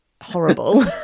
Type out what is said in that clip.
horrible